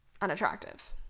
unattractive